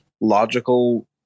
logical